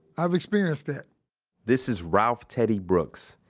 i've experienced that this is ralph teddy brooks.